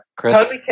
Chris